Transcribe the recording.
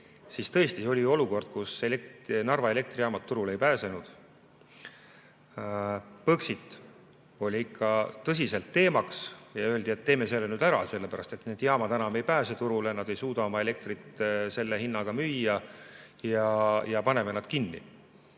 siis tõesti, see oli olukord, kus Narva elektrijaamad turule ei pääsenud. Põxit oli ikka tõsiselt teemaks ja öeldi, et teeme selle nüüd ära, sellepärast et need jaamad enam ei pääse turule, nad ei suuda oma elektrit selle hinnaga müüa, paneme nad kinni. Ja